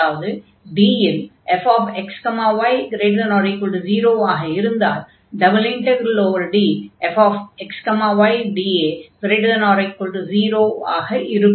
அதாவது D இல் fxy≥0 ஆக இருந்தால்∬DfxydA≥0ஆக இருக்கும்